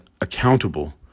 accountable